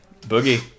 Boogie